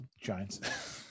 Giants